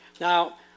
Now